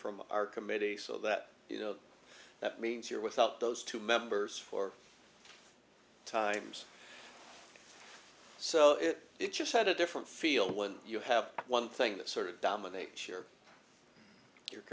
from our committee so that you know that means you're without those two members four times so it just had a different feel when you have one thing that sort of dominate